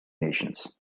nations